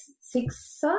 six